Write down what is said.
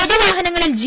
പൊതുവാഹനങ്ങളിൽ G